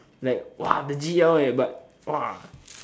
like !wah! the g_l eh but !wah!